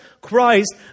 Christ